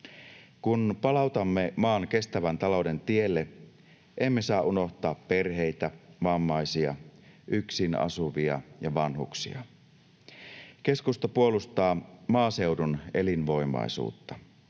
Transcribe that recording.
Kun palautamme maan kestävän talouden tielle, emme saa unohtaa perheitä, vammaisia, yksin asuvia ja vanhuksia. Keskusta puolustaa maaseudun elinvoimaisuutta.